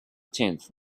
tenth